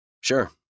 Sure